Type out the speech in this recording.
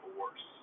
worse